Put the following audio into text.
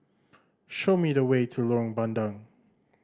show me the way to Lorong Bandang